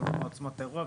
תלוי מה עוצמת האירוע,